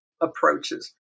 approaches